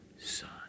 son